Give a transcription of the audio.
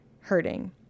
hurting